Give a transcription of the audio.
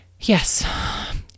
Yes